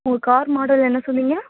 உங்கள் car model என்ன சொன்னிங்க